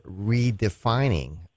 redefining